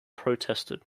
protested